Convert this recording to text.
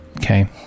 okay